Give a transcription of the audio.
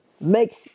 makes